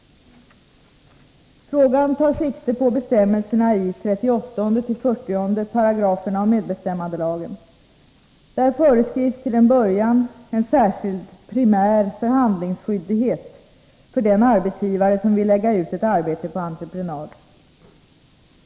Frågan tar sikte på bestämmelserna i 38-40 §§ medbestämmandelagen. Där föreskrivs till en början en särskild primär förhandlingsskyldighet för den arbetsgivare som vill lägga ut ett arbete på entreprenad.